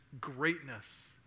greatness